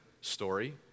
story